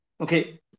Okay